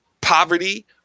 poverty